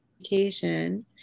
education